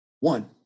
one